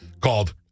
called